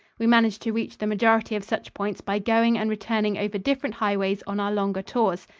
we managed to reach the majority of such points by going and returning over different highways on our longer tours.